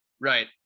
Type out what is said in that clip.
Right